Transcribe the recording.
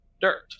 dirt